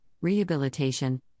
rehabilitation